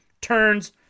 turns